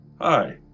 Hi